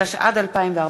התשע"ד 2014,